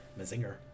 mazinger